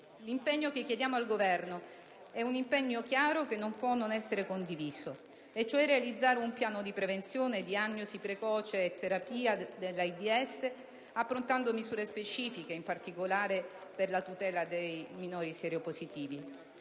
L'impegno che chiediamo al Governo è un impegno chiaro che non può non essere condiviso, cioè quello di realizzare un piano di prevenzione, diagnosi precoce e terapia dell'AIDS, approntando misure specifiche, in particolare, per la tutela dei minori sieropositivi;